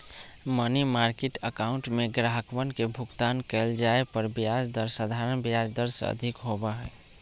money market account में ग्राहकवन के भुगतान कइल जाये पर ब्याज दर साधारण ब्याज दर से अधिक होबा हई